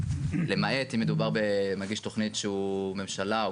למעט אם מדובר במגיש תוכנית שהוא ממשלה או